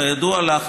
כידוע לך,